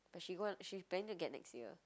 but she go and she planning to get next year